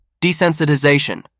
Desensitization